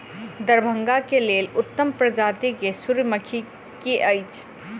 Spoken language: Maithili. दरभंगा केँ लेल उत्तम प्रजाति केँ सूर्यमुखी केँ अछि?